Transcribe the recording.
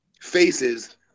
faces